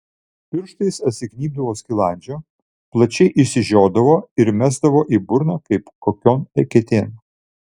pirštais atsignybdavo skilandžio plačiai išsižiodavo ir mesdavo į burną kaip kokion eketėn